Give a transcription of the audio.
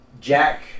Jack